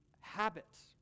habits